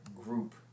group